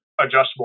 adjustable